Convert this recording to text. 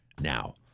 now